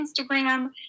Instagram